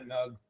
Nug